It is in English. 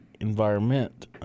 environment